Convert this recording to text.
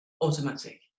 automatic